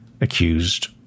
accused